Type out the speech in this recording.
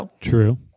True